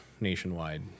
nationwide